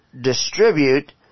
distribute